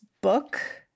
book